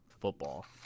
football